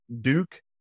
Duke